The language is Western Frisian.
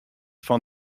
fan